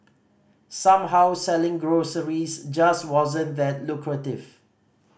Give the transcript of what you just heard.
somehow selling groceries just wasn't that lucrative